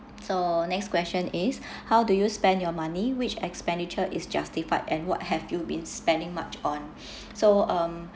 so next question is how do you spend your money which expenditure is justified and what have you been spending much on so um